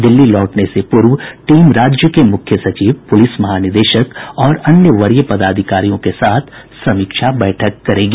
दिल्ली लौटने से पूर्व टीम राज्य के मुख्य सचिव पुलिस महानिदेशक और अन्य वरीय पदाधिकारियों के साथ समीक्षा बैठक करेगी